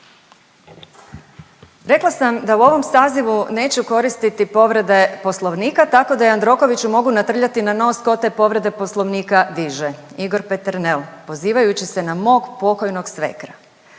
Rekla sam da u ovom sazivu neću koristiti povrede poslovnika tako da Jandrokoviću mogu natrljati na nos ko te povrede poslovnika diže. Igor Peternel pozivajući se na mog pokojnog svekra.